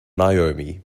naomi